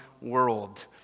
world